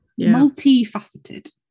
multifaceted